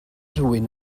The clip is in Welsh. rhywun